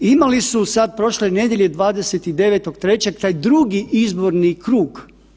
Imali su sad prošle nedjelje 29.3. taj drugi izborni krug.